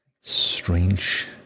strange